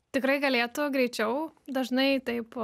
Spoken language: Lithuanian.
tikrai galėtų greičiau dažnai taip